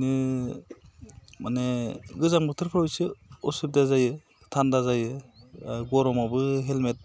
बिदिनो माने गोजां बोथोरफ्राव इसे उसुबिदा जायो थानदा जायो गरमावबो हेलमेट